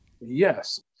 Yes